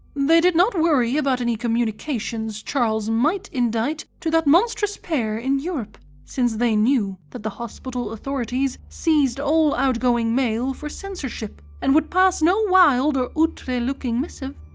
they did not worry about any communications charles might indite to that monstrous pair in europe, since they knew that the hospital authorities seized all outgoing mail for censorship and would pass no wild or outre-looking missive.